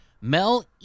Mel